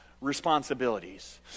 responsibilities